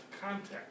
context